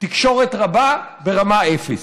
תקשורת רבה ברמה אפס.